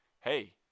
hey